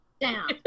down